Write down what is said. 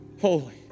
Holy